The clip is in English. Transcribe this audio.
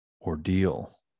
ordeal